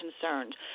concerned